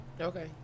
Okay